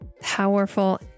powerful